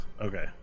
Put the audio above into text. Okay